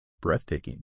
Breathtaking